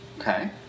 Okay